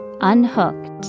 unhooked